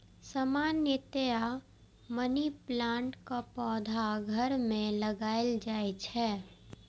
सामान्यतया मनी प्लांटक पौधा घर मे लगाएल जाइ छै